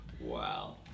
Wow